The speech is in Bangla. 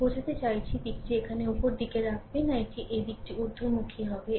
আমি বোঝাতে চাইছি দিকটি এখানে উপরের দিকে রাখবে না এটির এই দিকটি ঊর্ধ্বমুখী হবে